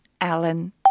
Alan